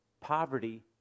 poverty